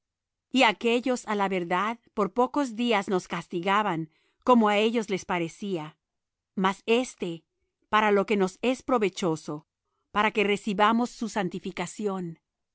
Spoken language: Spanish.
y aquéllos á la verdad por pocos días nos castigaban como á ellos les parecía mas éste para lo que nos es provechoso para que recibamos su santificación